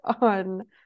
on